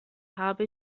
habe